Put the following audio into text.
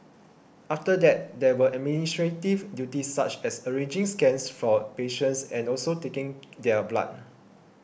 after that there were administrative duties such as arranging scans for patients and also taking their blood